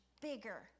bigger